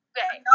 Okay